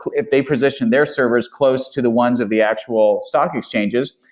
if they position their servers close to the ones of the actual stock exchanges,